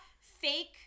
fake